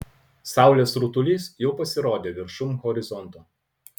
saulės rutulys jau pasirodė viršum horizonto